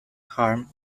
harm